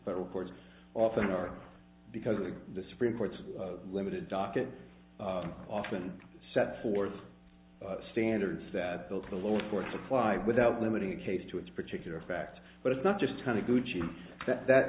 federal courts often are because of the supreme court's limited docket often set forth standards that built the lower courts apply without limiting the case to its particular fact but it's not just kind of gucci that that